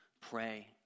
pray